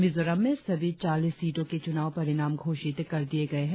मिजोरम में सभी चालीस सीटों के चूनाव परिणाम घोषित कर दिए गए हैं